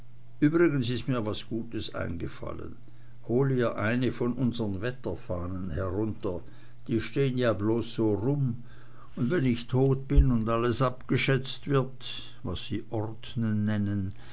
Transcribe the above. übrigens ist mir was gutes eingefallen hol ihr eine von unsern wetterfahnen herunter die stehn ja da bloß so rum un wenn ich tot bin und alles abgeschätzt wird was sie ordnen nennen